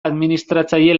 administratzaile